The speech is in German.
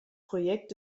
projekt